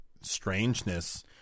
strangeness